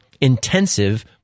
intensive